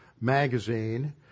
magazine